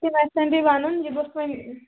تِم آسن بیٚیہِ وَنان یہِ گوٚژھ وۄنۍ